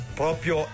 proprio